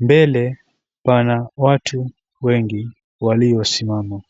Mbele pana watu wengi waliosimama.